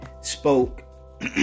spoke